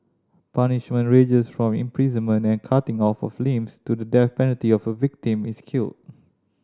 punishment ranges from imprisonment and cutting off of limbs to the death penalty if a victim is killed